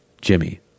Jimmy